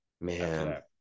Man